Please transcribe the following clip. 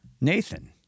Nathan